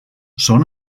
són